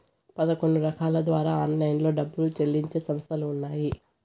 పదకొండు రకాల ద్వారా ఆన్లైన్లో డబ్బులు చెల్లించే సంస్థలు ఉన్నాయి